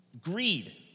Greed